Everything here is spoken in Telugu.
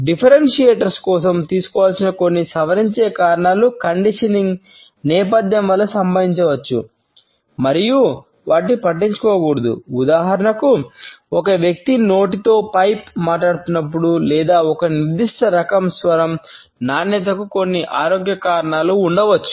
డిఫరెంటియర్స్ మాట్లాడుతున్నాడు లేదా ఒక నిర్దిష్ట రకం స్వరం నాణ్యతకు కొన్ని ఆరోగ్య కారణాలు ఉండవచ్చు